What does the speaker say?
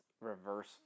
Reverse